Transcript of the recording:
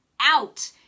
out